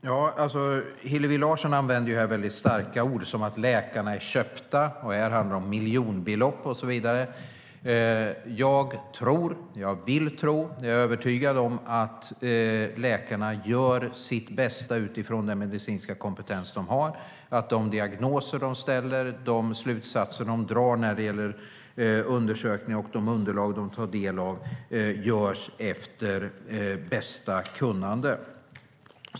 Herr talman! Hillevi Larsson använder starka ord som att läkarna är "köpta", att det handlar om "miljonbelopp" och så vidare. Jag tror - jag vill tro; jag är övertygad om - att läkarna gör sitt bästa utifrån den medicinska kompetens de har och att de diagnoser de ställer och de slutsatser de drar när det gäller undersökningar och underlag de tar del av görs efter bästa kunnande.